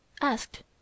asked